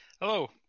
Hello